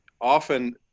often